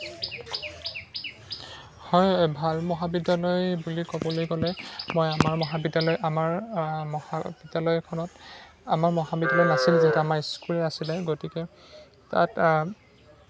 হয় ভাল মহাবিদ্যালয় বুলি ক'বলৈ গ'লে মই আমাৰ মহাবিদ্যালয় আমাৰ মহাবিদ্যালয়খনত আমাৰ মহাবিদ্যালয় নাছিলে যিহেতু আমাৰ স্কুলে আছিলে গতিকে তাত